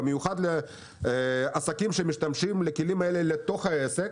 בעיקר לעסקים שמשתמשים בכלים האלה לתוך העסק